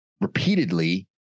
repeatedly